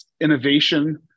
innovation